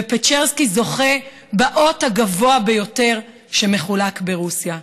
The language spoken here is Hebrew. ופצ'רסקי זוכה באות הגבוה ביותר שמחולק ברוסיה.